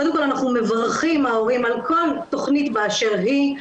קודם כול אנחנו ההורים מברכים על כל תוכנית באשר היא,